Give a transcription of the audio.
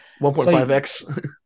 1.5x